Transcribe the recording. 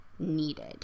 Needed